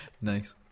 nice